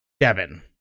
Devin